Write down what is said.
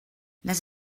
les